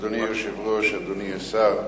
אדוני היושב-ראש, אדוני השר,